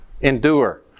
endure